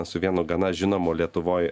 su vienu gana žinomu lietuvoj